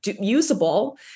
usable